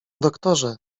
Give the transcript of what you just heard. doktorze